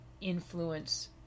influence